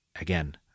Again